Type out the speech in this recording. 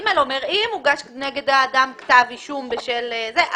סעיף (ג) אומר שאם הוגש נגד האדם כתב אישום בשל זה,